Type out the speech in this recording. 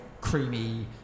creamy